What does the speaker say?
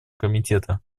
комитета